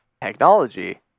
technology